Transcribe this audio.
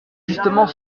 justement